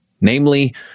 namely